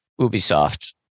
Ubisoft